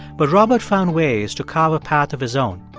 but robert found ways to carve a path of his own.